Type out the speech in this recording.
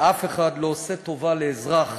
ואף אחד לא עושה טובה לאזרח,